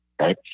right